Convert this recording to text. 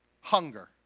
Hunger